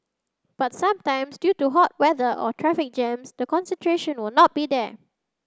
but sometimes due to hot weather or traffic jams the concentration will not be there